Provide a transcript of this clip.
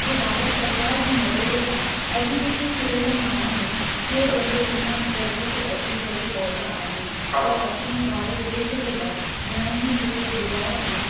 पोइ भारत सरकार जी मददु सां अॼ जेके किरयल माण्हूं आहिनि उहे पंहिंजे हुन जॻह ते अची करे पहुंता आहिनि पर असीं भारत देश जे लाइ घणी ई शुक्र गुॼार आहियूं